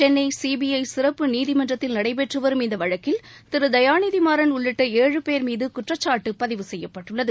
Chennai CBI சிறப்பு நீதிமன்றத்தில் நடைபெற்று வரும் இந்த வழக்கில் திரு தயாநிதிமாறன் உள்ளிட்ட ஏழு பேர் மீது குற்றச்சாட்டு பதிவு செய்யப்பட்டுள்ளது